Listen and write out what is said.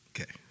Okay